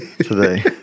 today